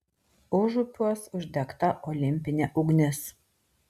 užupiuos uždegta olimpinė ugnis